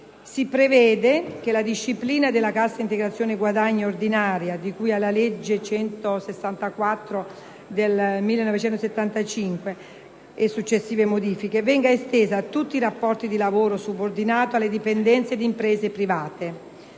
Si prevede che la disciplina della cassa integrazione guadagni ordinaria, di cui alla legge n. 164 del 1975 e successive modificazioni, venga estesa a tutti i rapporti di lavoro subordinato alle dipendenze di imprese private.